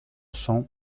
cents